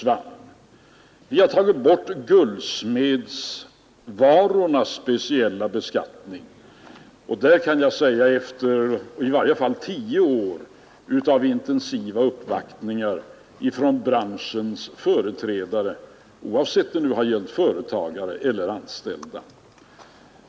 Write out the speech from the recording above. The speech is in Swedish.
Vi har tagit bort den speciella beskattningen på guldsmedsvaror efter tio år av intensiva uppvaktningar från branschens företrädare, oavsett om det nu gällt företagare eller anställda.